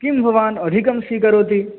किं भवान् अधिकं स्वीकरोति